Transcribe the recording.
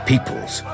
People's